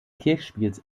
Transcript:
kirchspiels